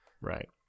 Right